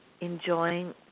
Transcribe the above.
enjoying